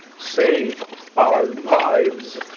save our lives,